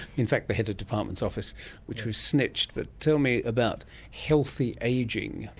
in fact the head of department's office which we've snitched. but tell me about healthy ageing.